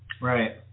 Right